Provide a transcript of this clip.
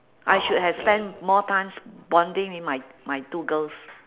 I should have spend more times bonding with my my two girls